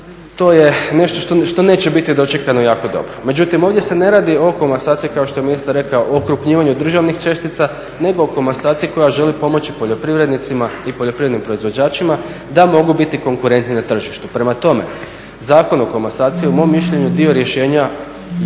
to je nešto što neće biti dočekano jako dobro. Međutim, ovdje se ne radi o komasaciji kao što je ministar rekao okrupnjivanju državnih čestica, nego o komasaciji koja želi pomoći poljoprivrednicima i poljoprivrednim proizvođačima da mogu biti konkurentni na tržištu. Prema tome, Zakon o komasaciji je u mom mišljenju dio rješenja